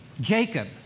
Jacob